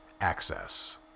Access